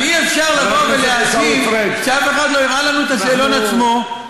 אבל אי-אפשר לבוא ולהאשים כשאף אחד לא הראה לנו את השאלון עצמו,